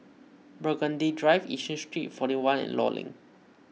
Burgundy Drive Yishun Street forty one and Law Link